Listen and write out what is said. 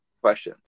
questions